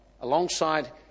alongside